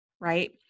right